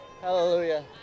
Hallelujah